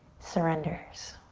surrenders.